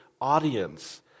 audience